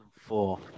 four